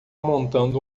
montando